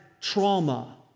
trauma